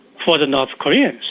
for the north koreans